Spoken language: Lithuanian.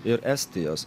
ir estijos